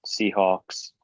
Seahawks